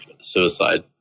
suicide